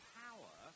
power